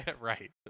right